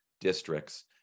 districts